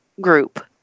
group